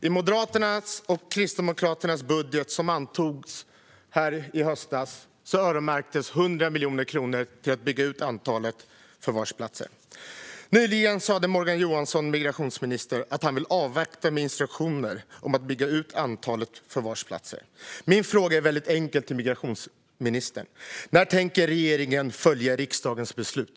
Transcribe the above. I Moderaternas och Kristdemokraternas budget, som antogs här i höstas, öronmärktes 100 miljoner kronor för att bygga ut antalet förvarsplatser. Nyligen sa migrationsminister Morgan Johansson att han vill avvakta med instruktioner om att bygga ut antalet förvarsplatser. Min fråga till migrationsministern är väldigt enkel: När tänker regeringen följa riksdagens beslut?